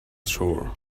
shore